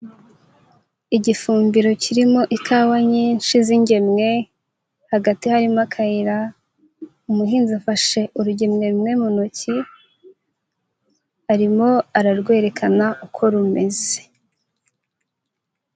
Igifumbiro kirimo ikawa nyinshi z'ingemwe, hagati harimo akayira, umuhinzi afashe urugemwe rumwe mu ntoki arimo ararwerekana uko rumeze.